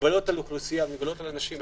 מגבלות על אוכלוסייה ועל אנשים,